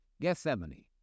Gethsemane